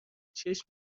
چشم